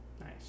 nice